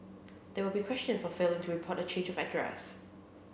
they will be questioned for failing to report a change of address